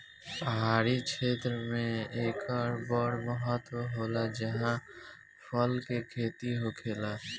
पहाड़ी क्षेत्र मे एकर बड़ महत्त्व होला जाहा फल के खेती होखेला